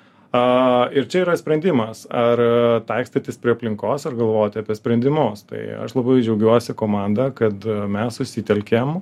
ir čia yra sprendimas ar taikstytis prie aplinkos ar galvoti apie sprendimus tai aš labai džiaugiuosi komanda kad mes susitelkėm